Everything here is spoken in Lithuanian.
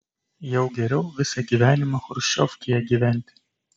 jau geriau visą gyvenimą chruščiovkėje gyventi